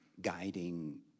guiding